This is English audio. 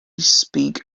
speak